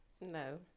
No